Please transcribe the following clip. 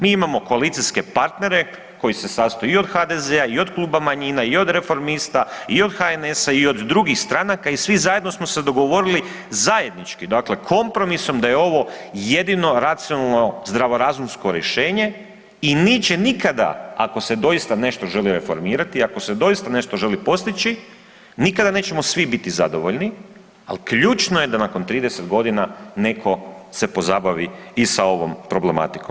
Mi imamo koalicijske partnere koji se sastoji i od HDZ-a i od klub manjina, i od reformista, i od HNS-a i od drugih stranaka i svi zajedno samo se dogovorili zajednički dakle kompromisom da je ovo jedino racionalno zdravorazumsko rješenje i neće nikada ako se doista želi nešto reformirati i ako se doista želi nešto postići nikada nećemo svi biti zadovoljni, ali ključno je da nakon 30 godina neko se pozabavi i sva ovom problematikom.